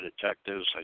detectives